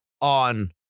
on